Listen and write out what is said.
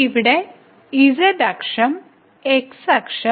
ഇവിടെ z അക്ഷം x അക്ഷം y അക്ഷം